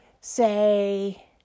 Say